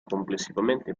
complessivamente